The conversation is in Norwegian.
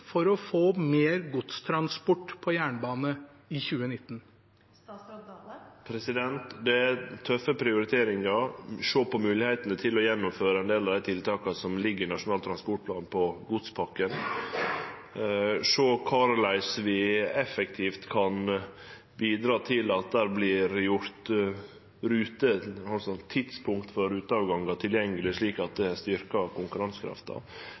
for å få mer godstransport på jernbane i 2019? Det er tøffe prioriteringar, å sjå på moglegheitene til å gjennomføre ein del av dei tiltaka som ligg i Nasjonal transportplan på godspakken, å sjå på fleire tiltak for korleis vi effektivt kan bidra til at tidspunkt for ruteavgangar vert gjorde tilgjengelege, slik at